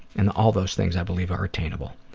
and all those things i believe are attainable.